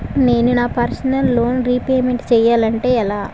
నేను నా personal loan repayment చేయాలంటే ఎలా?